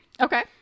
Okay